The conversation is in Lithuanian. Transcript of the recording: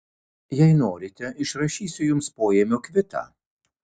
jei norite išrašysiu jums poėmio kvitą